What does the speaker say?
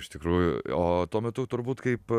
iš tikrųjų o tuo metu turbūt kaip